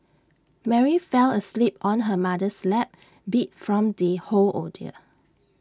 Mary fell asleep on her mother's lap beat from the whole ordeal